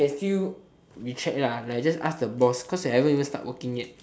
can still recheck lah like just ask the boss because haven't even start working yet